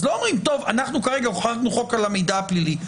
אז לא אומרים: כרגע חוקקנו חוק על המידע הפלילי.